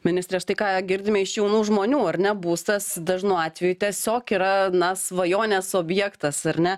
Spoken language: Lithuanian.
ministre štai ką girdime iš jaunų žmonių ar ne būstas dažnu atveju tiesiog yra na svajonės objektas ar ne